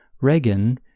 Reagan